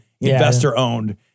investor-owned